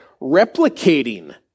replicating